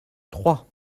trois